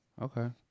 okay